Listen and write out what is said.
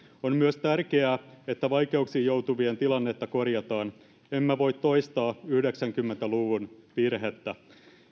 on myös tärkeää että vaikeuksiin joutuvien tilannetta korjataan emme voi toistaa yhdeksänkymmentä luvun virhettä